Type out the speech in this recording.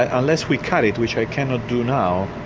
ah unless we cut it which i cannot do now,